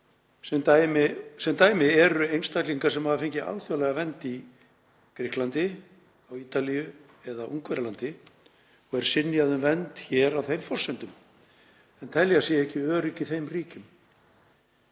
sem dæmi eru einstaklingar sem hafa fengið alþjóðlega vernd á Grikklandi, Ítalíu og Ungverjalandi og er synjað um vernd hér á þeim forsendum, en telja sig ekki örugg í þeim ríkjum.